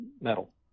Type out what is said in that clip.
metal